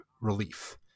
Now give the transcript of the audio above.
Relief